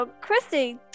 Christy